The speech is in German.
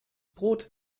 brot